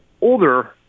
older